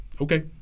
okay